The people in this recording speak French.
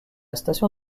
station